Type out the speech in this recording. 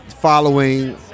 Following